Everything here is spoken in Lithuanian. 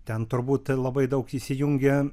ten turbūt labai daug įsijungia